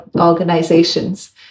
organizations